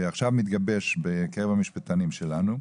שמתגבש עכשיו בקרב המשפטנים שלנו,